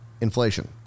inflation